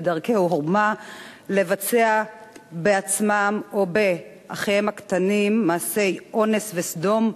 בדרכי עורמה לבצע בעצמם או באחיהם הקטנים מעשי אונס וסדום,